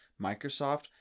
Microsoft